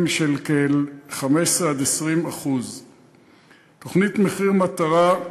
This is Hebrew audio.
של כ-15% עד 20%. התוכנית "מחיר מטרה"